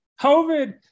COVID